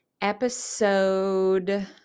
episode